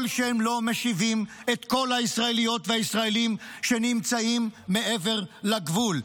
שהם לא משיבים את כל הישראליות והישראלים שנמצאים מעבר לגבול.